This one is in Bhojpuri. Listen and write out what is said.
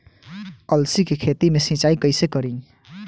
अलसी के खेती मे सिचाई कइसे करी?